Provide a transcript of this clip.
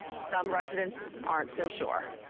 some residents aren't so sure.